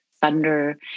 thunder